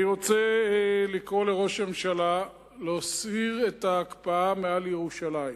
אני רוצה לקרוא לראש הממשלה להסיר את ההקפאה מעל ירושלים.